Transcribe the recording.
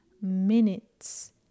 minutes